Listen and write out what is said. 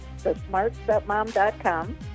Thesmartstepmom.com